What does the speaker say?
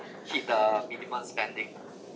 hit the minimum spending